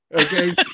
Okay